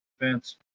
defense